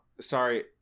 Sorry